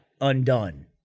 undone